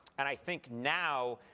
and i think now,